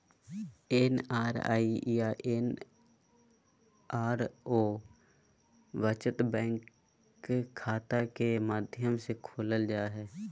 NRE या NRO बचत bank खाता के माध्यम से खोलल जा हइ